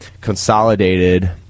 consolidated